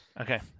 okay